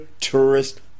tourist